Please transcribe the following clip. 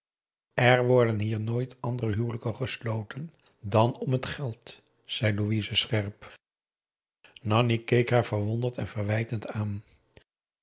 er worden hier nooit andere huwelijken gesloten dan om t geld zei louise scherp nanni keek haar verwonderd en verwijtend aan